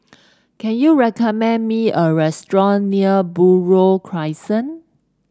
can you recommend me a restaurant near Buroh Crescent